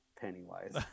Pennywise